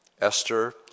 Esther